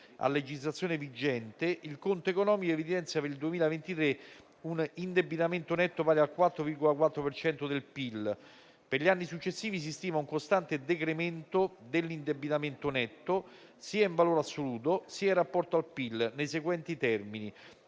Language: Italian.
a legislazione vigente, il conto economico evidenzia per il 2023 un indebitamento netto pari al 4,4 per cento del PIL. Per gli anni successivi si stima un costante decremento dell'indebitamento netto sia in valore assoluto, sia in rapporto al PIL, nei seguenti termini: